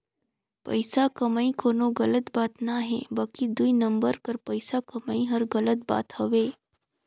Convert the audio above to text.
पइसा कमई कोनो गलत बात ना हे बकि दुई नंबर कर पइसा कमई हर गलत बात हवे